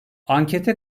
ankete